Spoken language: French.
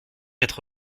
être